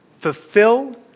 fulfill